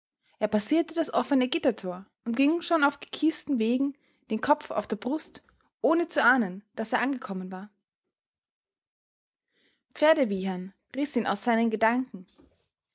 er passierte das offene gittertor und ging schon auf gekiesten wegen den kopf auf der brust ohne zu ahnen daß er angekommen war pferdewiehern riß ihn aus seinen gedanken